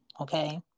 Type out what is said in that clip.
Okay